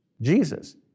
Jesus